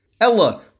Ella